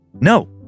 No